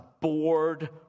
bored